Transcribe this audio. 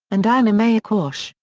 and anna mae aquash,